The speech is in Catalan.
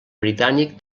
britànic